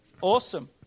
Awesome